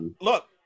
look